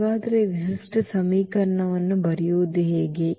ಹಾಗಾದರೆ ವಿಶಿಷ್ಟ ಸಮೀಕರಣವನ್ನು ಬರೆಯುವುದು ಹೇಗೆ